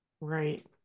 Right